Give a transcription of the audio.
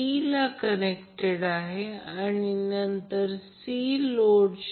8° हा अँगल 120° कारण हे 1 1 आहे